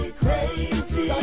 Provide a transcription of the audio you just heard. crazy